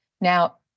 Now